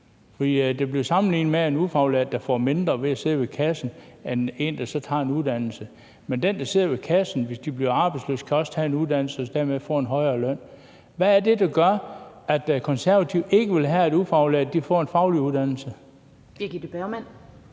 det blev sammenlignet med en ufaglært, der får mindre ved at sidde ved kassen end en, der så tager en uddannelse. Men dem, der sidder ved kassen, kan også tage en uddannelse, hvis de blev arbejdsløse, og dermed få en højere løn. Hvad er det, der gør, at Konservative ikke vil have, at ufaglærte får en faglig uddannelse? Kl. 16:30 Den